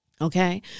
Okay